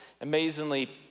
amazingly